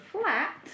flat